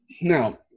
Now